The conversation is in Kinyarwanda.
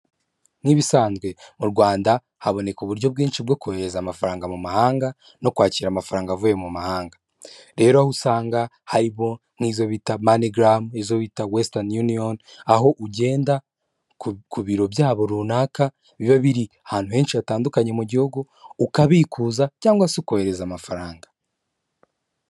Nk'ibisanzwe mu Rwanda haboneka uburyo bwinshi bwo kohereza amafaranga mu mahanga no kwakira amafaranga avuye mu mahanga. Rero aho usanga harimo n'izo bita moneygram, izota wester union, aho ugenda ku biro byabo runaka biba biri ahantu henshi hatandukanye mu gihugu ukabikuza cyangwa se ukohereza amafaranga.